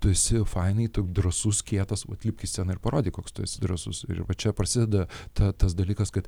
tu esi fainai tu drąsus kietas vat lipk į sceną ir parodyk koks tu esi drąsus ir va čia prasideda ta tas dalykas kad